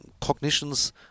cognitions